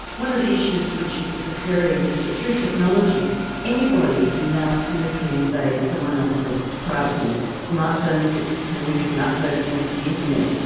one of the issues which is occurring is that through technology anybody can now seriously invade someone else's privacy. smart phones, you know when you can upload things to the internet,